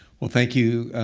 well, thank you,